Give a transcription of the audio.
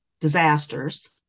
disasters